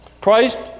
Christ